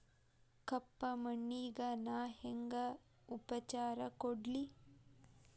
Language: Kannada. ಕಪ್ಪ ಮಣ್ಣಿಗ ನಾ ಹೆಂಗ್ ಉಪಚಾರ ಕೊಡ್ಲಿ?